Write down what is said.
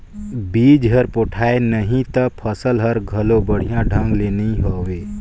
बिज हर पोठाय नही त फसल हर घलो बड़िया ढंग ले नइ होवे